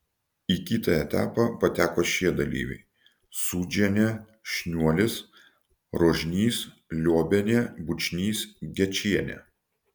į kitą etapą pateko šie dalyviai sūdžienė šniuolis rožnys liobienė bučnys gečienė